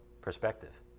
perspective